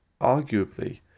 arguably